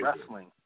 wrestling